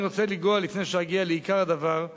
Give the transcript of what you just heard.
אני רוצה לנגוע, לפני שנגיע לעיקר הדבר,